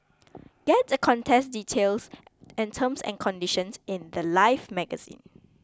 get the contest details and terms and conditions in the Life magazine